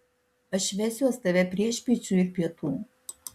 aš vesiuos tave priešpiečių ir pietų